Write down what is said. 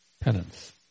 Penance